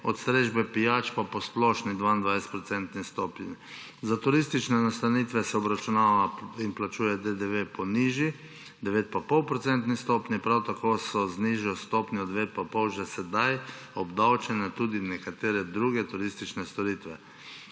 od strežbe pijač pa po splošni 22-procentni stopnji. Za turistične nastanitve se obračunava in plačuje DDV po nižji, 9,5-procentni stopnji, prav tako so z nižjo stopnjo 9,5 že sedaj obdavčene tudi nekatere druge turistične storitve